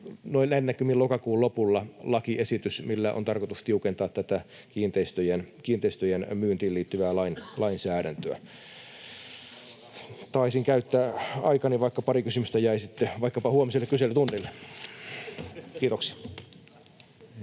näkymin lokakuun lopulla — lakiesitys, millä on tarkoitus tiukentaa tätä kiinteistöjen myyntiin liittyvää lainsäädäntöä. Taisin käyttää aikani, vaikka pari kysymystä jäi — vaikkapa sitten huomiselle kyselytunnille.